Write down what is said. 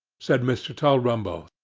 said mr. tulrumble,